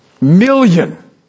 million